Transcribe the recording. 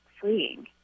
freeing